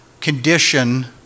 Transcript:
condition